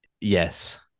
Yes